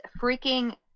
freaking